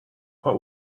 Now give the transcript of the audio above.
what